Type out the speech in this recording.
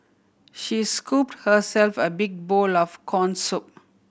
she scooped herself a big bowl of corn soup